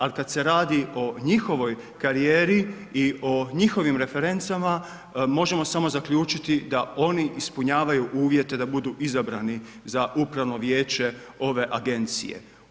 Ali kada se radi o njihovoj karijeri i o njihovim referencama možemo samo zaključiti da oni ispunjavaju uvjete da budu izabrani za upravno vijeće ove Agencije.